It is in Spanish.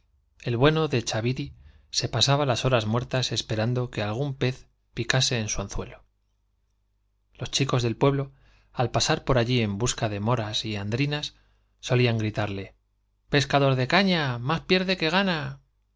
el bueno de chaviri se pasaba las horas muertas esperando que algún pez picase en su anzuelo los chicos del pueblo al pasar por allí en busca de moras y andrinas solían gritarle pescador de caña más pierde que gana